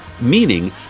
meaning